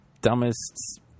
dumbest